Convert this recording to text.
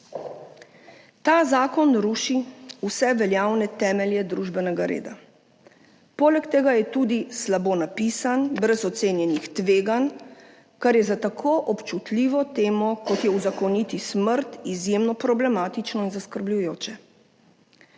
Ta zakon ruši vse veljavne temelje družbenega reda. Poleg tega je tudi slabo napisan, brez ocenjenih tveganj, kar je za tako občutljivo temo, kot je uzakoniti smrt, izjemno problematično in zaskrbljujoče.